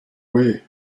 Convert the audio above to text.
way